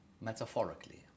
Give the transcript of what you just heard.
Metaphorically